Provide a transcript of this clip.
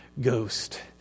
Ghost